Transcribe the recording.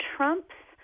Trump's